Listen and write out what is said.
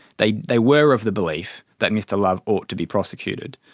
they they were of the belief that mr love ought to be prosecuted.